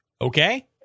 okay